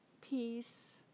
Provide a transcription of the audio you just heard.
peace